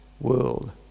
world